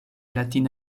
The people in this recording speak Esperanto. latin